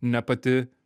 ne pati